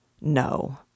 no